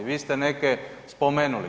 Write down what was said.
Vi ste neke spomenuti.